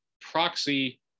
proxy